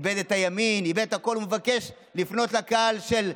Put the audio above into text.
מה מוסר ההשכל שלנו?